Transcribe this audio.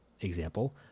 example